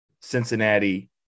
Cincinnati